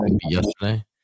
yesterday